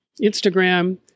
Instagram